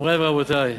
מורי ורבותי,